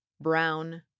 brown